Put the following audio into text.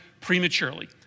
prematurely